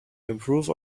improve